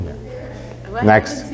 Next